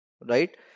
right